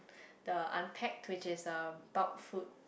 the unpacked which is the bulked food